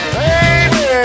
baby